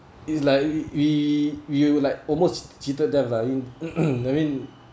it's like we we will like almost cheated death lah I mean I mean